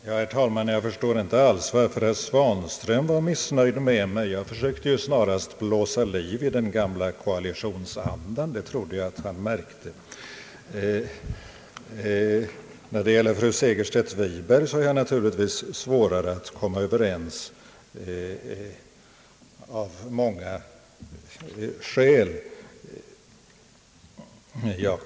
Herr talman! Jag förstår inte alls varför herr Svanström var missnöjd med mig. Jag försökte snarast att blåsa liv i den gamla koalitionsandan — det trodde jag att han märkte. Jag har naturligtvis av många skäl svårare att komma överens med fru Segerstedt Wiberg.